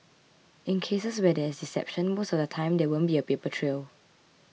in cases where there is deception most of the time there won't be a paper trail